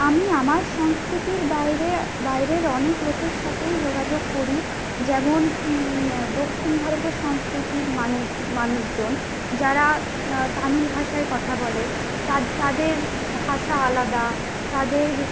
আমি আমার সংস্কৃতির বাইরে বাইরের অনেক লোকের সাথেই যোগাযোগ করি যেমন দক্ষিণ ভারতের সংস্কৃতির মানুষ মানুষজন যারা তামিল ভাষায় কথা বলে তা তাদের ভাষা আলাদা তাদের